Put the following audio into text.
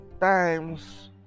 times